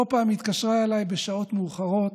לא פעם היא התקשרה אליי בשעות מאוחרות,